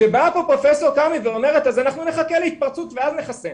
כשאומרת פרופ' כרמי אז אנחנו נחכה להתפרצות ואז נחסן